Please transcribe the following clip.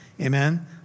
Amen